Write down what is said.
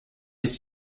ist